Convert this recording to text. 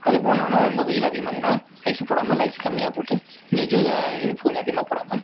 அது போனாலும் ரொம்ப வெயில் அதிகமாக இருந்ததுனா ஐஸ் போடாமல் இல்லை ஐஸ் கம்மியாக போட்டு இந்த ஜூ இனிப்பு கொஞ்சம் அதிகமாக போடாமல்